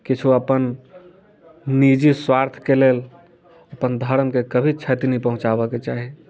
किछ अप्पन निजी स्वार्थ के लेल अपन धर्म के कभी छति नहि पहुँचाबऽ के चाही